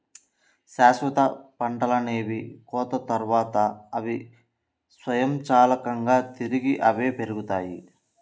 శాశ్వత పంటలనేవి కోత తర్వాత, అవి స్వయంచాలకంగా తిరిగి అవే పెరుగుతాయి